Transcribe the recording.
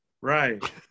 Right